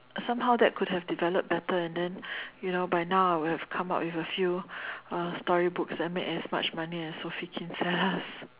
somehow that could have developed better and then you know by now I would have come up with a few uh storybooks and made as much money as Sophie Kinsella